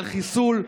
על חיסול,